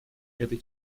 этой